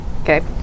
okay